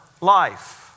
life